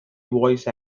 voice